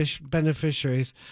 beneficiaries